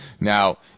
Now